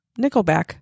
Nickelback